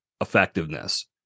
effectiveness